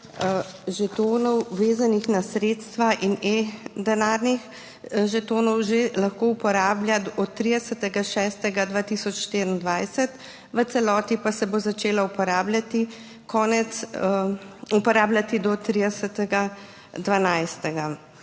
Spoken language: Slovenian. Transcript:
žetonov, vezanih na sredstva, in e-denarnih žetonov že lahko uporablja od 30. 6. 2024, v celoti pa se bo začelo uporabljati do 30. 12.